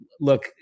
look